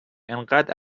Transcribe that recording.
انقد